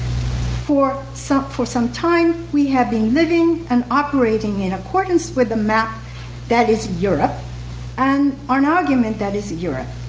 for some for some time, we have been living and operating in accordance with the map that is europe and an argument that is europe.